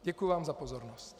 Děkuji vám za pozornost.